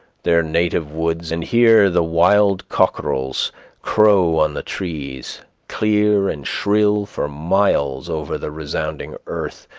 their native woods, and hear the wild cockerels crow on the trees, clear and shrill for miles over the resounding earth,